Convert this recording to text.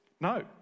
No